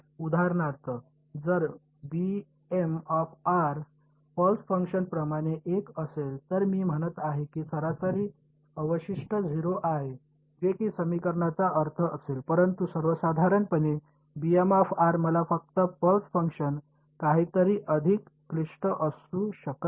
उदाहरणार्थ जर pulse function प्रमाणे 1 असेल तर मी म्हणत आहे की सरासरी अवशिष्ट 0 आहे जे या समीकरणाचा अर्थ असेल परंतु सर्वसाधारणपणे मला फक्त पल्स फंक्शन काहीतरी अधिक क्लिष्ट असू शकत नाही